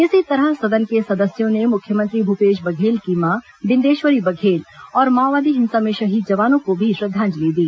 इसी तरह सदन के सदस्यों ने मुख्यमंत्री भूपेश बघेल की मां बिंदेश्वरी बघेल और माओवादी हिंसा में शहीद जवानों को भी श्रद्वांजलि दी